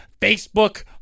Facebook